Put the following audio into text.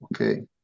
okay